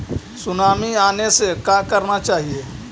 Tsunami आने से का करना चाहिए?